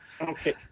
Okay